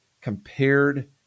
compared